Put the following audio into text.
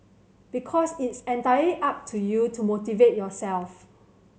because it's entirely up to you to motivate yourself